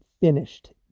finished